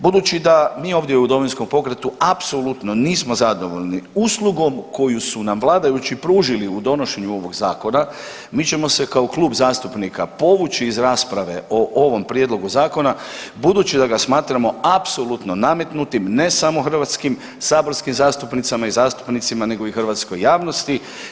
Budući da mi ovdje u Domovinskom pokretu apsolutno nismo zadovoljni uslugom koju su nam vladajući pružili u donošenju ovog Zakona, mi ćemo se kao klub zastupnika povući iz rasprave o ovom prijedlogu zakona budući da ga smatramo apsolutno nametnutim, ne samo hrvatskim saborskim zastupnicama i zastupnicima, nego i hrvatskoj javnosti.